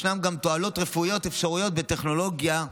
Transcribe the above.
ישנן גם תועלות רפואיות אפשריות בטכנולוגיה,